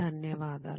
ధన్యవాదాలు